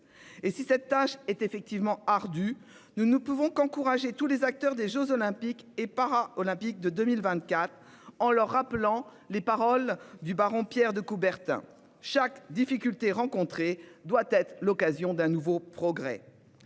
Et si cette tâche est effectivement ardue. Nous ne pouvons qu'encourager tous les acteurs des Jeux olympiques et para-olympiques de 2024. En leur rappelant les paroles du baron Pierre de Coubertin chaque difficulté rencontrée doit être l'occasion d'un nouveau progrès.